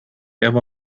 ever